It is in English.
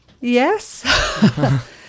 Yes